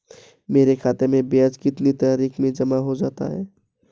मेरे खाते में ब्याज कितनी तारीख को जमा हो जाता है?